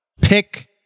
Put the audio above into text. pick